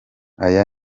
aya